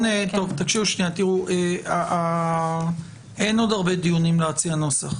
חברים, אין עוד הרבה דיונים להציע נוסח.